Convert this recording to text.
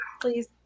Please